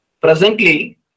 presently